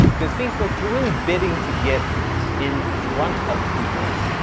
because facebook you're really bidding to get in front of people.